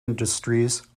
industries